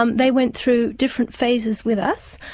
um they went through different phases with us.